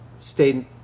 stayed